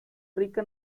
rica